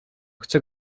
chcę